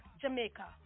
Jamaica